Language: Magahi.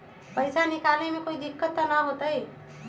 पैसा निकाले में कोई दिक्कत त न होतई?